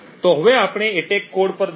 તો હવે આપણે એટેક કોડ પર જઈશું